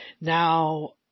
Now